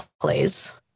plays